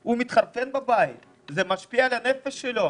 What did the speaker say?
השוק הוא לא צר, הוא מתפרס על 30 אלף מטר רבוע.